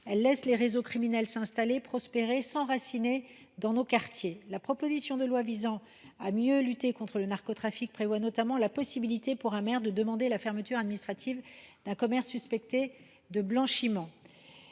Elle laisse les réseaux criminels s’installer, prospérer, s’enraciner dans nos quartiers. La proposition de loi visant à sortir la France du piège du narcotrafic prévoit notamment la possibilité, pour un maire, de demander la fermeture administrative d’un commerce suspecté de blanchiment.